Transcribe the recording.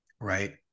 right